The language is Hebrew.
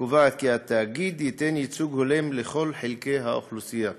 הקובעת כי התאגיד ייתן ייצוג הולם לכל חלקי האוכלוסייה.